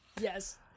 Yes